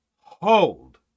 hold